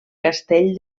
castell